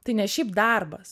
tai ne šiaip darbas